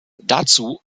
dazu